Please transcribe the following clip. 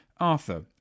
Arthur